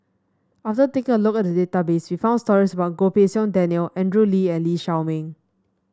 after taking a look at the database we found stories about Goh Pei Siong Daniel Andrew Lee and Lee Shao Meng